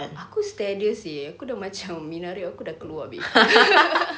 aku stare dia seh aku dah macam minah red aku dah keluar habis